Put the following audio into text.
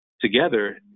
together